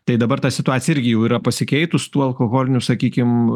tai dabar ta situacija irgi jau yra pasikeitus tų alkoholinių sakykim